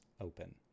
open